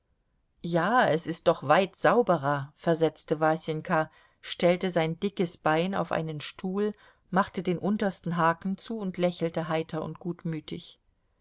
ja es ist doch weit sauberer versetzte wasenka stellte sein dickes bein auf einen stuhl machte den untersten haken zu und lächelte heiter und gutmütig